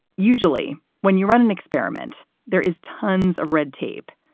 usually when you run an experiment, there is tons of red tape.